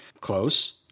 close